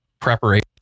preparation